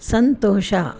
ಸಂತೋಷ